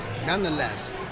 Nonetheless